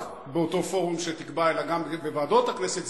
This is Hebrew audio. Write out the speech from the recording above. באותו פורום שתקבע אלא גם בוועדות הכנסת,